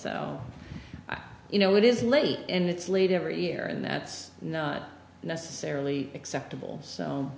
so you know it is late and it's late every year and that's not necessarily acceptable